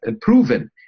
proven